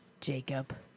Jacob